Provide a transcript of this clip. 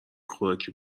خوراکی